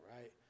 right